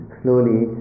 slowly